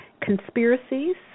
Conspiracies